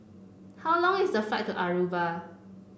how long is the flight to Aruba